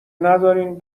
ندارین